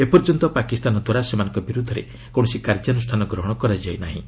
ଏପର୍ଯ୍ୟନ୍ତ ପାକିସ୍ତାନଦ୍ୱାରା ସେମାନଙ୍କ ବିରୁଦ୍ଧରେ କୌଣସି କାର୍ଯ୍ୟାନୁଷ୍ଠାନ ଗ୍ରହଣ କରାଯାଇ ନାହିଁ